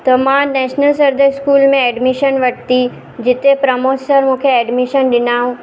त मां नेशनल सदर स्कूल में एडमिशन वरिती जिते प्रमोद सर मूंखे एडमिशन ॾिनऊं